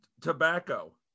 tobacco